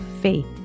faith